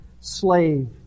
slave